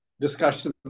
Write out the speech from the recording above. discussion